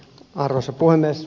arvoisa puhemies